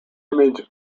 image